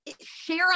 share